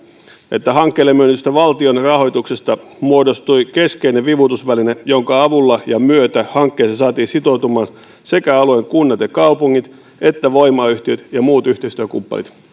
että hankkeelle myönnetystä valtion rahoituksesta muodostui keskeinen vivutusväline jonka avulla ja myötä hankkeeseen saatiin sitoutumaan sekä alueen kunnat ja kaupungit että voimayhtiöt ja muut yhteistyökumppanit